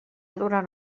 durant